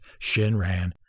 Shinran